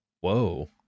Whoa